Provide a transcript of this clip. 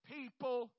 People